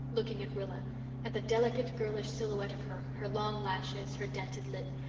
looking at rilla at the delicate, girlish silhouette of her, her long lashes, her dented lip,